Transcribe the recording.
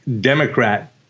Democrat